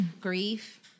Grief